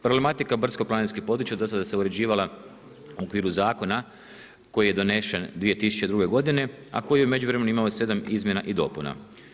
Problematika brdsko-planinskih područja do sada se uređivala u okviru zakona koji je donesen 2002. godine a koji je u međuvremenu imao 7 izmjena i dopuna.